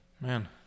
man